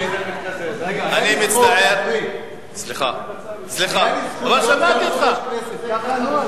אני חושבת שאני מסכימה עם חבר הכנסת עתניאל שנלר,